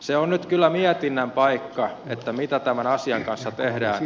se on nyt kyllä mietinnän paikka mitä tämän asian kanssa tehdään